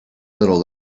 little